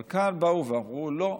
אבל כאן באו ואמרו: לא,